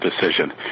decision